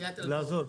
לעזור.